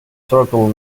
circle